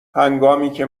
هنگامیکه